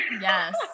Yes